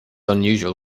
unusual